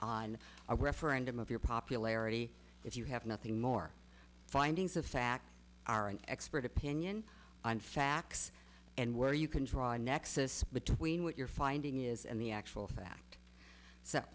on a referendum of your popularity if you have nothing more findings of fact are an expert opinion on facts and where you can try nexus between what you're finding is and the actual fact so